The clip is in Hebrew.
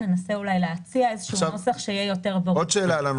ננסה להציע נוסח שיהיה ברור מאוד.